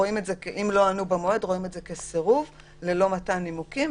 אם לא ענו במועד רואים את זה כסירוב ללא מתן נימוקים,